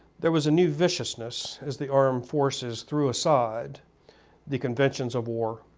there was a new viciousness as the armed forces threw aside the conventions of war,